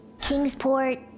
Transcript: Kingsport